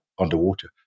underwater